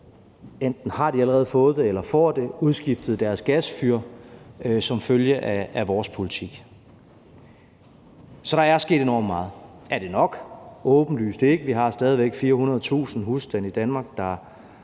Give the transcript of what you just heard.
mennesker har allerede fået eller får i de her år udskiftet deres gasfyr som følge af vores politik. Så der er sket enormt meget. Er det nok? Åbenlyst ikke. Vi har stadig væk 400.000 husstande i Danmark, der